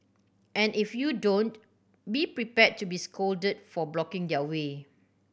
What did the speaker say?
and if you don't be prepared to be scolded for blocking their way